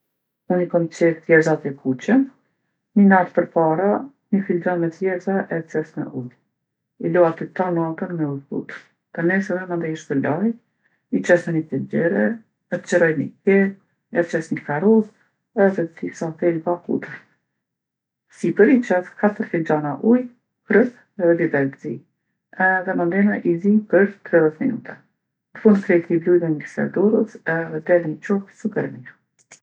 Unë i kom qejf thjerrzat e kuqe. Ni nat përpara ni filxhon me thjerrza e qes në ujë. I lo aty tan natën me u zbutë. Të nesërmen mandej i shpërlaj, i qes në ni tenxhere, e qirroj ni kep, ja qes ni karrotë edhe disa thelba hudër. Sipër i qes katër filxhana ujë, kryp edhe biber t'zi. Edhe mandena i zi për tridhet minuta. Në fund krejt i bluj me mikser t'dorës edhe del ni çorbë super e mirë.